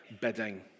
Bidding